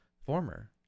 Former